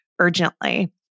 urgently